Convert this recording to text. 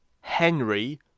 Henry